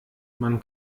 man